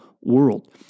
world